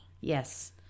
Yes